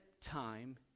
time